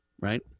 right